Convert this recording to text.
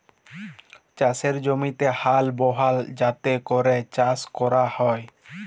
চাষের জমিতে হাল বহাল যাতে ক্যরে চাষ ক্যরা হ্যয়